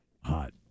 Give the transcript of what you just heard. Hot